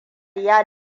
ya